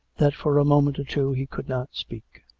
that for a moment or two he could not speak.